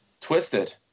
twisted